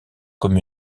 comme